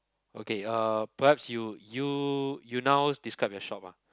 okay uh perhaps you you you now describe your shop ah